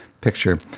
picture